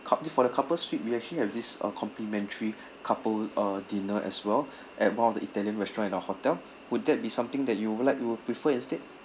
cou~ for the couple suite we actually have this uh complimentary couple uh dinner as well at one of the italian restaurant at our hotel would that be something that you'd like to prefer instead